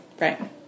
Right